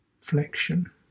flexion